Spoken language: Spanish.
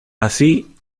así